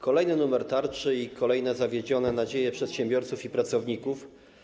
Kolejny numer tarczy i kolejne zawiedzione nadzieje przedsiębiorców i pracowników.